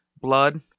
Blood